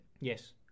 Yes